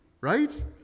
Right